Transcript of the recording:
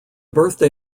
birthday